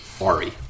Ari